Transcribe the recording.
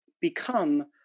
become